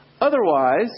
Otherwise